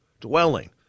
dwelling